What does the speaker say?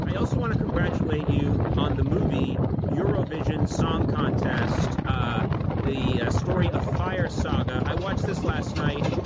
i also want to congratulate you on the movie eurovision song contest the story of fire saga. i watched this last night.